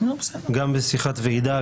גם בשיחת ועידה,